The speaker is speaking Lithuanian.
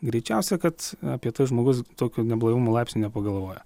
greičiausia kad apie tas žmogus tokio neblaivumo laipsnį nepagalvoja